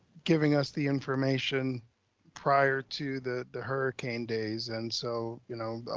giving us the information prior to the the hurricane days. and so, you know,